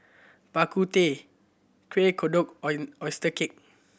Bak Kut Teh Kueh Kodok oyster cake